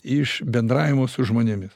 iš bendravimo su žmonėmi